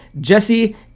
Jesse